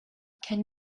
can